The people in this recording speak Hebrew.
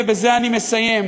ובזה אני מסיים,